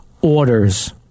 orders